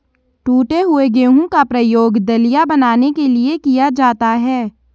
टूटे हुए गेहूं का प्रयोग दलिया बनाने के लिए किया जाता है